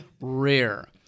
rare